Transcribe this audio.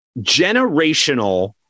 generational